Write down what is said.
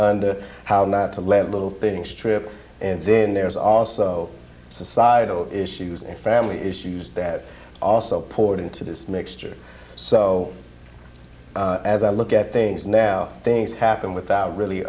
under how not to let little things trip and then there's also societal issues and family issues that also poured into this mixture so as i look at things now things happen without really